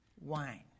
wine